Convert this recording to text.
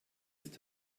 ist